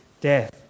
death